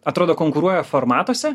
atrodo konkuruoja formatuose